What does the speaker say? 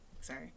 sorry